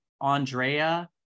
Andrea